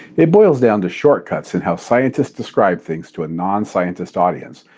it boils down to shortcuts in how scientist describe things to a non-scientist audience,